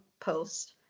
post